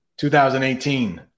2018